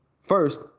first